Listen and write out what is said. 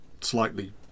slightly